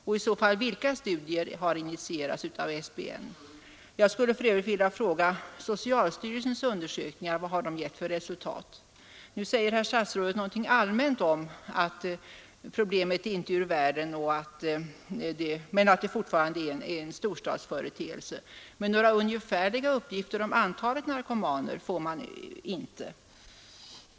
Och vilka studier har i så fall initierats av SBN? Jag skulle för övrigt vilja fråga: Vad har socialstyrelsens undersökningar givit för resultat? Nu säger herr statsrådet något allmänt om att problemet inte är ur världen men att narkotikamissbruket fortfarande är en storstadsföreteelse. Några ungefärliga uppgifter om antalet narkomaner får vi inte.